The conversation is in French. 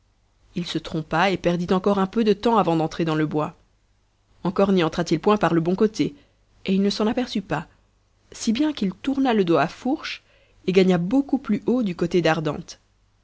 il se trompa et perdit encore un peu de temps avant d'entrer dans le bois encore n'y entra t il point par le bon côté et il ne s'en aperçut pas si bien qu'il tourna le dos à fourche et gagna beaucoup plus haut du côté d'ardentes